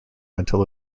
until